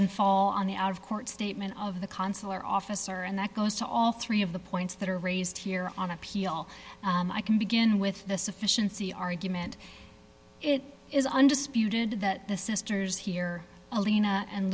and fall on the out of court statement of the consular officer and that goes to all three of the points that are raised here on appeal i can begin with the sufficiency argument it is undisputed that the sisters here alina and